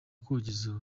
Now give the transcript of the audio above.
kugeza